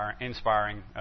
inspiring